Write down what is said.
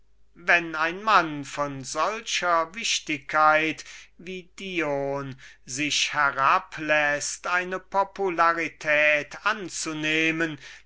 wenn ein mann von solcher wichtigkeit wie dion sich herabläßt eine popularität